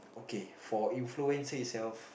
okay for influencer itself